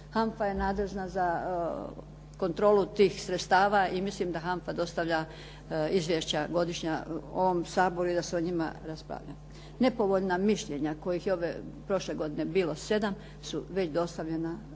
HANFA je nadležna za kontrolu tih sredstava i mislim da HANFA dostavlja izvješća godišnja ovom saboru i da se o njima raspravlja. Nepovoljna mišljenja koje je prošle godine bilo, sedam su već dostavljena